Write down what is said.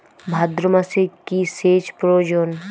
ভাদ্রমাসে কি সেচ প্রয়োজন?